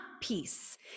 peace